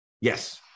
Yes